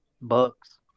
Bucks